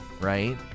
Right